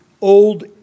old